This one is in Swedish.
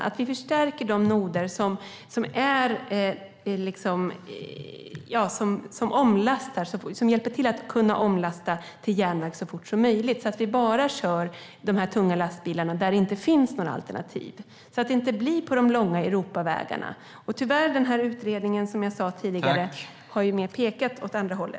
Vi ska förstärka de noder som hjälper till att omlasta till järnväg så fort som möjligt. Vi ska bara köra de tunga lastbilarna där det inte finns några alternativ. Det ska inte bli på de långa Europavägarna. Tyvärr har utredningen mer pekat åt andra hållet, som jag sa tidigare.